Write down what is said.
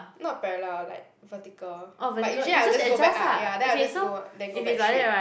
not parallel like vertical but usually I'll just go back up ya then after that I just go then go back straight